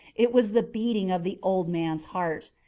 it was the beating of the old man's heart.